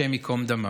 השם ייקום דמם.